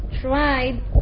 tried